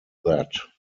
that